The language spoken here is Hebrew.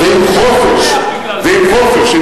ועם חופש,